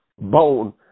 bone